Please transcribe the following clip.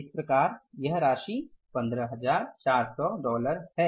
इस प्रकार यह राशि 15400 है